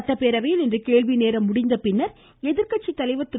சட்டப்பேரவையில் இன்று கேள்வி நேரம் முடிந்த உடன் எதிர்கட்சி தலைவர் திரு